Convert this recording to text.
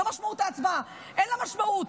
זו משמעות ההצבעה, אין לה משמעות.